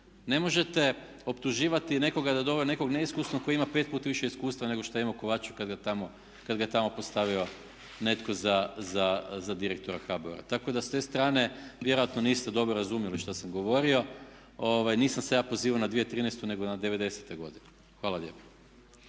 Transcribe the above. Ne možete optuživati nekoga da je doveo nekog neiskusnog koji ima pet puta više iskustva nego što je imao Kovačev kad ga je tamo postavio netko za direktora HBOR-a. Tako da s te strane vjerojatno niste dobro razumjeli što sam govorio. Nisam se ja pozivao na 2013. nego na devedesete godine. Hvala lijepa.